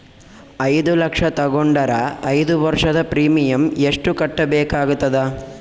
ಐದು ಲಕ್ಷ ತಗೊಂಡರ ಐದು ವರ್ಷದ ಪ್ರೀಮಿಯಂ ಎಷ್ಟು ಕಟ್ಟಬೇಕಾಗತದ?